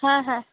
হ্যাঁ হ্যাঁ